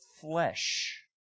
flesh